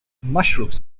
mushrooms